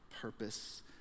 purpose